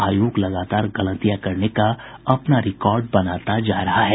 आयोग लगातार गलतियां करने का अपना रिकॉर्ड बनाता जा रहा है